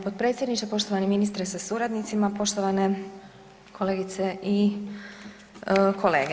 potpredsjedniče, poštovani ministre sa suradnicima, poštovane kolegice i kolege.